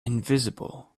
invisible